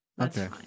Okay